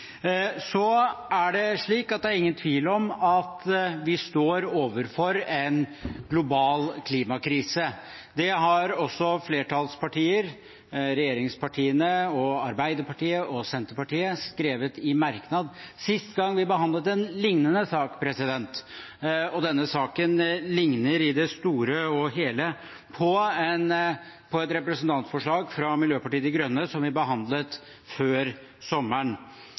Det er ingen tvil om at vi står overfor en global klimakrise. Det har også flertallet – regjeringspartiene, Arbeiderpartiet og Senterpartiet – skrevet i en merknad sist gang vi behandlet en lignende sak, for denne saken ligner i det store og hele på et representantforslag fra Miljøpartiet De Grønne som vi behandlet før sommeren.